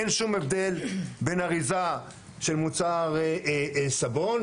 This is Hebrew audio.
אין שום הבדל בין אריזה של מוצר סבון,